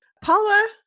paula